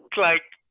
like,